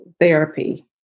therapy